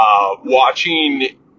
Watching